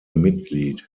mitglied